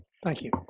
thank you,